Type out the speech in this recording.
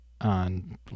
on